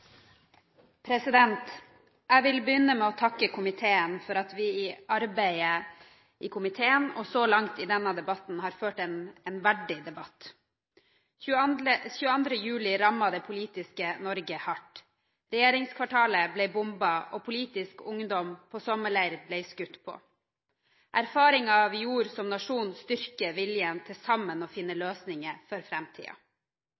så langt i denne debatten har ført en verdig debatt. 22. juli rammet det politiske Norge hardt. Regjeringskvartalet ble bombet, og politisk ungdom på sommerleir ble skutt på. Erfaringen vi gjorde som nasjon, styrker viljen til sammen å finne